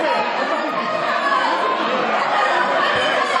אתה לא פנית לאף אחד.